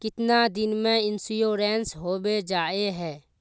कीतना दिन में इंश्योरेंस होबे जाए है?